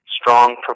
strong